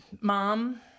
mom